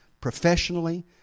professionally